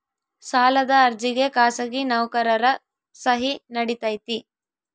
ಸಾಲದ ಅರ್ಜಿಗೆ ಖಾಸಗಿ ನೌಕರರ ಸಹಿ ನಡಿತೈತಿ?